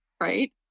right